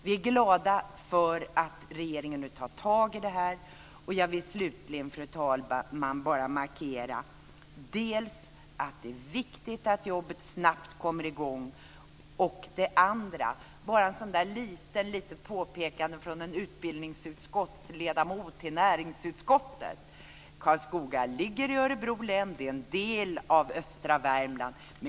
Vi är glada för att regeringen nu tar tag i detta. Jag vill slutligen, fru talman, bara markera att det är viktigt att jobbet kommer i gång snabbt. Så har jag ett litet påpekande från en utbildningsutskottsledamot till näringsutskottet. Karlskoga ligger i Örebro län. Det är en del av östra Värmland.